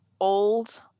old